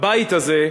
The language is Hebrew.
הבית הזה,